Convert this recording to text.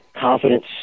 confidence